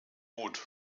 gut